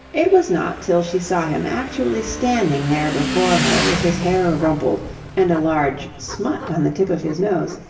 it was not till she saw him actually standing there before her with his hair rumpled and a large smut on the tip of his nose,